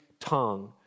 tongue